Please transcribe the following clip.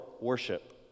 worship